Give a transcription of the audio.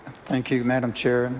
thank you, madam chair.